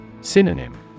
Synonym